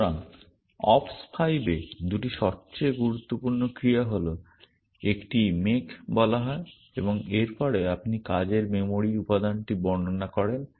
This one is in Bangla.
সুতরাং অপ্স 5 এ 2টি সবচেয়ে গুরুত্বপূর্ণ ক্রিয়া হল একটিকে মেক বলা হয় এবং এর পরে আপনি কাজের মেমরি উপাদানটি বর্ণনা করেন